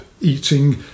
eating